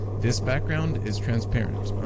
this background is transparent.